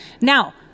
Now